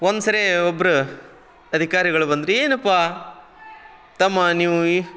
ಒಂದ್ಸರಿ ಒಬ್ಬರ ಅದಿಕಾರಿಗಳು ಬಂದ್ರ ಏನಪ್ಪಾ ತಮ್ಮ ನೀವು ಈ